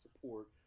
support